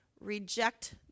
reject